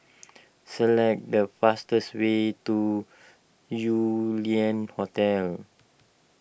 select the fastest way to Yew Lian Hotel